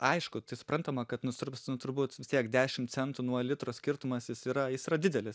aišku suprantama kad nusiurbs nu turbūt vis tiek dešim centų nuo litro skirtumas jis yra jis yra didelis